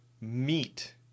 meat